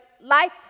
life